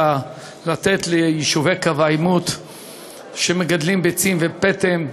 לתת ליישובי קו העימות שמגדלים ביצים ופטם,